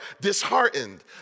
disheartened